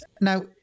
Now